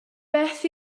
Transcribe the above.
beth